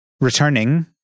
returning